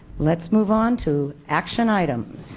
let's move on to action items.